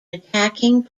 attacking